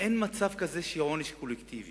אין מצב כזה שיהיה עונש קולקטיבי,